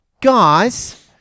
Guys